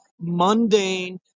mundane